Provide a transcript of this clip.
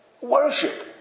Worship